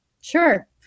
Sure